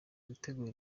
gutegura